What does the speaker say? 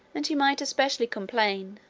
and he might especially complain,